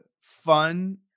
fun